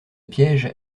piège